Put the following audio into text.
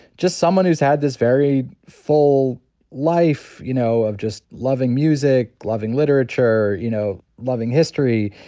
just someone who's had this very full life, you know, of just loving music, loving literature, you know, loving history,